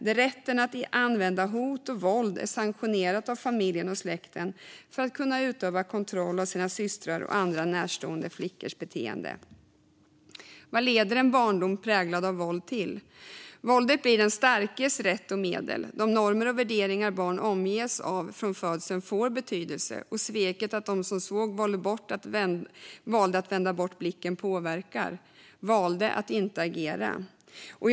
Där är rätten att använda hot och våld sanktionerad av familjen och släkten för att någon ska kunna utöva kontroll av systrar och andra närstående flickors beteende. Vad leder en barndom präglad av våld till? Våldet blir den starkes rätt och medel. De normer och värderingar barn omges av från födseln får betydelse. Sveket att de som såg valde att vända bort blicken och valde att inte agera påverkar barn.